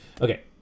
Okay